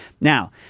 Now